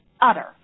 utter